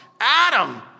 Adam